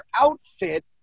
outfit